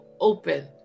open